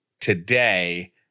today